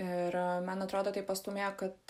ir man atrodo tai pastūmėjo kad